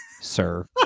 sir